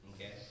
okay